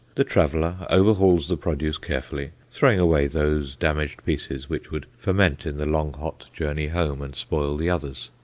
the traveller overhauls the produce carefully, throwing away those damaged pieces which would ferment in the long, hot journey home, and spoil the others.